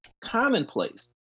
commonplace